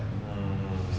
mm